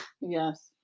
Yes